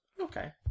okay